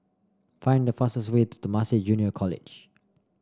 find the fastest way to Temasek Junior College